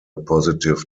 positive